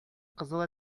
кызыл